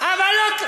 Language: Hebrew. למה לדבר ככה?